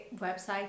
website